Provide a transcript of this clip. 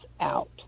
out